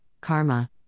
karma